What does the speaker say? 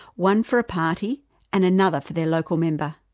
one for a party and another for their local member.